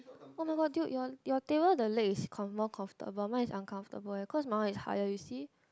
oh no no dude your your table the leg is com more comfortable mine is uncomfortable because my one is higher you see